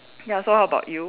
ya so what about you